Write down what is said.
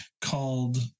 called